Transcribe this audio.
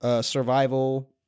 survival